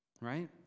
Right